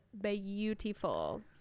beautiful